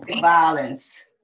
violence